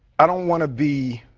i don't wanna be.